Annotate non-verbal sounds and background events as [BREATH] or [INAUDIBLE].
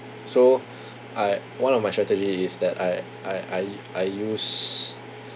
so [BREATH] I one of my strategy is that I I I I use